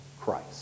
Christ